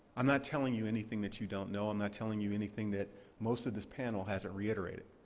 i'm not telling you anything that you don't know. i'm not telling you anything that most of this panel hasn't reiterated.